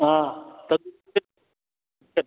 हाँ